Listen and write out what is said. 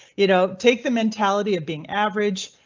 you know, take the mentality of being average.